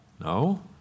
No